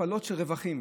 הכפלות של רווחים